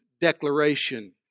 declaration